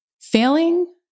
Failing